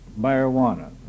marijuana